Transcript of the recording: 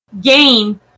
game